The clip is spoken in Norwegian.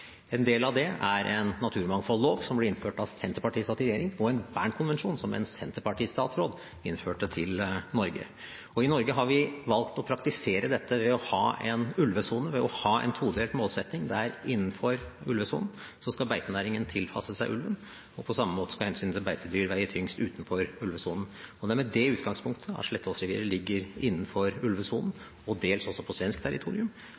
En del av det er naturmangfoldloven, som ble innført da Senterpartiet satt i regjering, og Bernkonvensjonen, som en senterpartistatsråd innførte til Norge. I Norge har vi valgt å praktisere dette ved å ha en ulvesone, ved å ha en todelt målsetting der det er slik at innenfor ulvesonen skal beitenæringen tilpasse seg ulven, og på samme måte skal hensynet til beitedyr veie tyngst utenfor ulvesonen. Det er med det utgangspunktet, at Slettås ligger innenfor ulvesonen og dels også på svensk territorium,